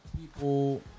people